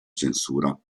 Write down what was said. censura